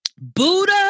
Buddha